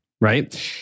right